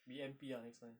be M_P ah next time